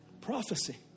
Prophecy